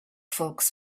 folks